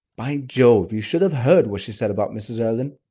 by jove! you should have heard what she said about mrs. erlynne.